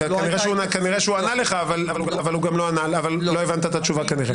כנראה שהוא ענה לך אבל כנראה לא הבנת את התשובה שלו.